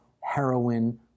heroin